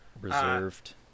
reserved